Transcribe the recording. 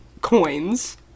coins